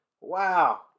wow